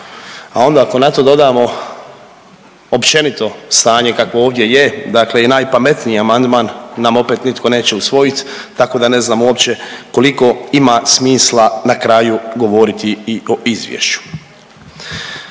A onda ako na to dodamo općenito stanje kakvo ovdje je, dakle i najpametniji amandman nam opet nitko neće usvojiti tako da ne znamo uopće koliko ima smisla na kraju govoriti i o izvješću.